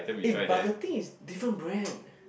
eh but the thing is different brand